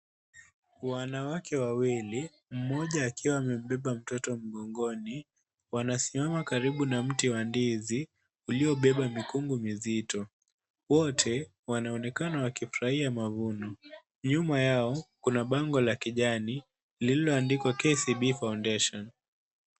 Wanawake wawili mmoja akiwa amebeba mtoto mgongoni, wanasimama karibu na mti wa ndizi uliobeba mikungu mizito, wote wanaonekana wakifurahia mavuno, nyuma yao kuna bango la kijani lililoandikwa KCB FOUNDATION .